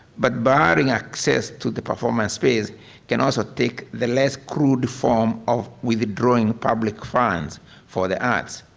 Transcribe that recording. but barring access to the performance space can also take the less crude form of withdrawing public funds for the arts,